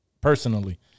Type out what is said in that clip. personally